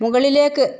മുകളിലേക്ക്